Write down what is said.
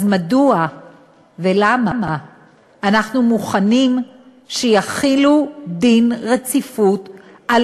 אז מדוע ולמה אנחנו מוכנים שיחילו דין רציפות על